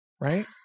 right